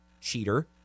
cheater